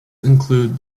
include